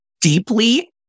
deeply